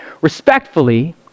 Respectfully